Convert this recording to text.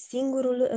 Singurul